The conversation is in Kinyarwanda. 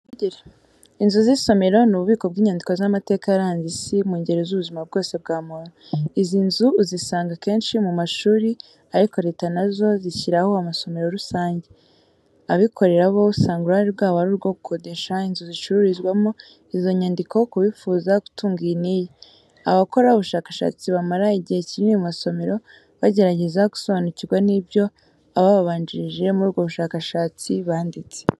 Inzu z'isomero, ni ububiko bw'inyandiko z'amateka yaranze isi mu ngeri z'ubuzima bwose bwa muntu. Izi nzu uzisanga kenshi mu mashuri, ariko Leta na zo zishyiraho amasomero rusange. Abikorera bo usanga uruhare rw'abo ari urwo gukodesha inzu zicururizwamo izo nyandiko ku bifuza gutunga iyi n'iyi. Abakora ubushakashatsi bamara igihe kinini mu masomero, bagerageza gusobanukirwa n'ibyo abababanjirije muri ubwo bushakashatsi banditse.